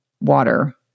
water